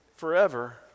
forever